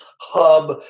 hub